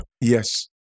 Yes